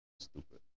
Stupid